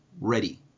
ready